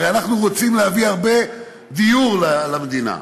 הרי אנחנו רוצים להביא הרבה דירות למדינה,